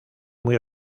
muy